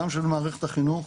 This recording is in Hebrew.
גם של מערכת החינוך,